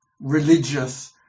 religious